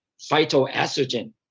phytoestrogen